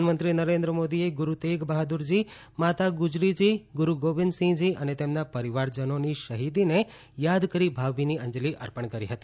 પ્રધાનમંત્રી નરેન્દ્ર મોદીએ ગુરુતેગ બહાદુર જી માતા ગુજરી જી ગુરુ ગોવિંદસિંહ જી અને તેમના પરિવારજનોની શહીદીને યાદ કરી ભાવભીની અંજલિ અર્પણ કરી હતી